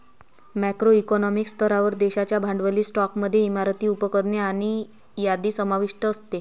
macro economic स्तरावर, देशाच्या भांडवली स्टॉकमध्ये इमारती, उपकरणे आणि यादी समाविष्ट असते